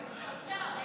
אחר.